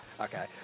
Okay